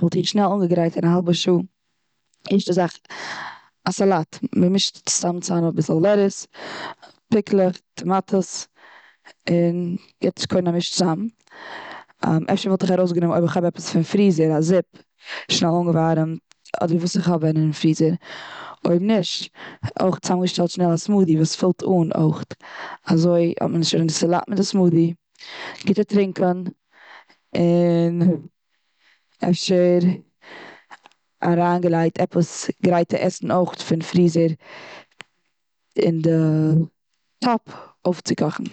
וואלט איך שנעל אנגעגרייט און א האלבע שעה. די ערשטע זאך א סאלאט מ'מישט סתם צאם אביסל לעטעס, פיקלעך טאמאטעס און מ'גיבט עס קודם א מיש צוזאם. אפשר וואלט איך ארויס גענומען אויב איך האב עפעס פון פריזער, א זיפ און שנעל אנגעווארעמט אדער וואס איך האב און פריזער. אויב נישט, אויך צאם געשטעלט א סמודי וואס פילט אן אויך. אזוי האט מען שוין די סאלאט מיט די סמודי, גוט טרינקען. און אפשר אריינגעלייגט עפעס גרייטע עסן אויך פון פריזער, און די טאפ אויף צו קאכן.